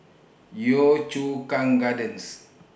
Yio Chu Kang Gardens